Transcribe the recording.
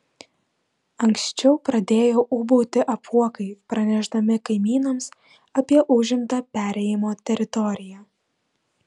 anksčiau pradėjo ūbauti apuokai pranešdami kaimynams apie užimtą perėjimo teritoriją